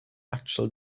actual